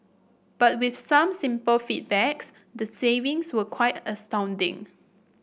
but with some simple feedback's the savings were quite astounding